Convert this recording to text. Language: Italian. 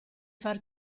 far